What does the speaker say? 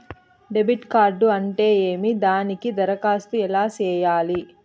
debit card అంటే ఏమి దానికి దరఖాస్తు ఎలా సేయాలి